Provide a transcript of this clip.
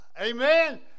Amen